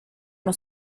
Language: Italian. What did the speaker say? uno